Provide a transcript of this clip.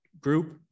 group